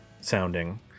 sounding